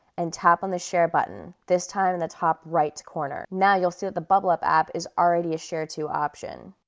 and tap on the share button, this time in the top right corner. now you'll see that the bublup app is already a share to option.